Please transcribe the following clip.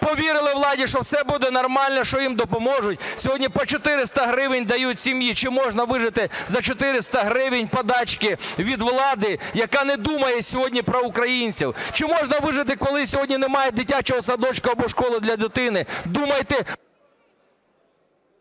повірили владі, що все буде нормально, що їм допоможуть. Сьогодні по 400 гривень сім'ї. Чи можна вижити за 400 гривень подачки від влади, яка не думає сьогодні про українців? Чи можна вижити, коли сьогодні немає дитячого садочка або школи для дитини? Думайте…